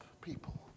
people